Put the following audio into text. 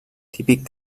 típic